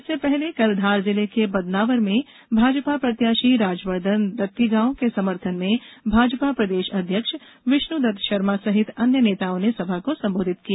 इससे पहले कल धार जिले के बदनावर में भाजपा प्रत्याशी राजवर्धन दत्तीगॉव के समर्थन में भाजपा प्रदेश अध्यक्ष विष्णुदत्त शर्मा सहित अन्य नेताओं ने सभा को संबोधित किया